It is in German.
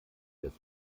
des